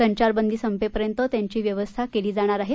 संचारबंदी संपेपर्यंत त्यांची व्यवस्था केली जाणार आहे